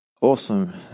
Awesome